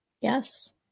yes